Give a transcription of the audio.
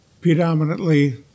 predominantly